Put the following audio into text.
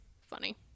funny